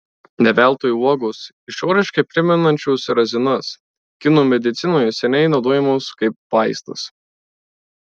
ne veltui uogos išoriškai primenančios razinas kinų medicinoje seniai naudojamos kaip vaistas